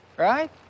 Right